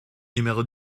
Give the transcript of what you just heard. numéro